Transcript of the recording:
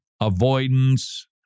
avoidance